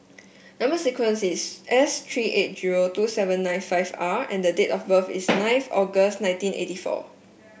number sequence is S three eight zero two seven nine five R and date of birth is nine nine August nineteen eighty four